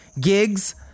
gigs